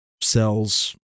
sells